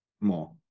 more